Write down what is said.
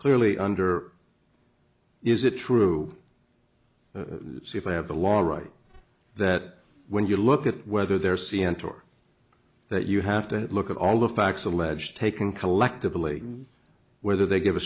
clearly under is it true to see if i have the law right that when you look at whether there see enter or that you have to look at all the facts alleged taken collectively whether they give a